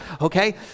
okay